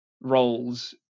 roles